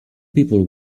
people